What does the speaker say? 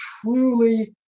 truly